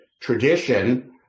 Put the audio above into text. tradition